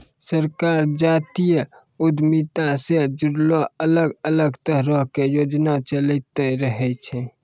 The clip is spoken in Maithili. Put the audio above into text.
सरकार जातीय उद्यमिता से जुड़लो अलग अलग तरहो के योजना चलैंते रहै छै